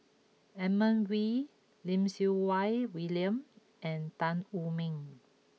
Edmund Wee Lim Siew Wai William and Tan Wu Meng